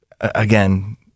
again